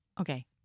okay